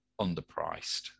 underpriced